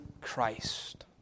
Christ